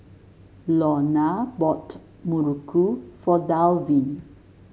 Lorna bought muruku for Dalvin